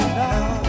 now